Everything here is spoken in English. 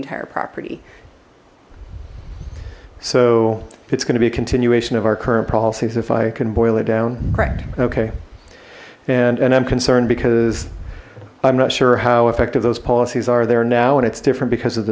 entire property so it's going to be a continuation of our current policies if i can boil it down right okay and and i'm concerned because i'm not sure how effective those policies are there now and it's different because of